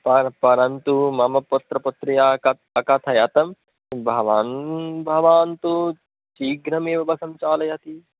पर् परन्तु मम पुत्रपुत्र्यः कथं अकथयत् भवान् भवन्तु शीघ्रमेव बसं चालयति